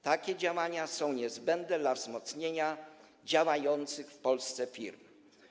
Takie działania są niezbędne dla wzmocnienia działających w Polsce firm.